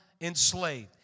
enslaved